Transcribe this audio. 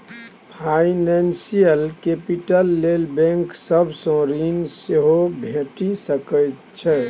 financial capital लेल bank सब सँ ऋण सेहो भेटि सकै छै